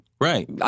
Right